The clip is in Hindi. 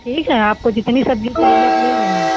ठीक है आपको जितनी सब्जी चाहिए आप ले लेना